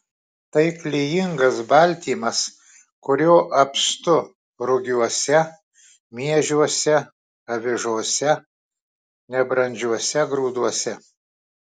tai klijingas baltymas kurio apstu rugiuose miežiuose avižose nebrandžiuose grūduose